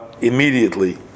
immediately